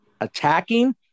attacking